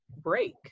break